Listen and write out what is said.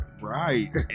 right